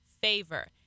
favor